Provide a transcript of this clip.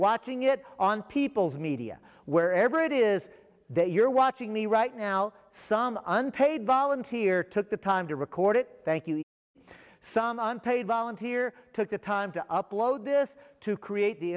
watching it on people's media wherever it is that you're watching me right now some unpaid volunteer took the time to record it thank you some unpaid volunteer took the time to upload this to create the